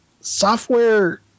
software